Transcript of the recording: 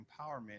empowerment